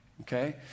okay